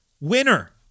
Winner